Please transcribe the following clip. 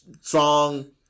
song